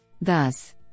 Thus